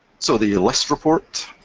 so the list report,